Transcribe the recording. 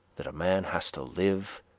that a man has to live,